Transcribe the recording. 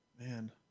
Man